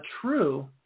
true